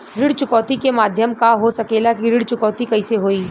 ऋण चुकौती के माध्यम का हो सकेला कि ऋण चुकौती कईसे होई?